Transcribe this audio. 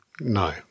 No